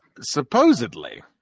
Supposedly